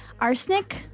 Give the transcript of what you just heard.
arsenic